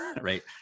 Right